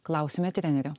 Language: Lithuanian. klausiame trenerio